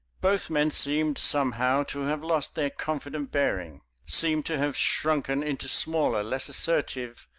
both men seemed somehow to have lost their confident bearing seemed to have shrunken into smaller, less assertive,